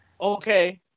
Okay